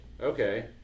okay